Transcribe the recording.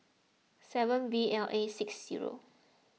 seven V L A six zero